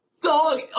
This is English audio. Dog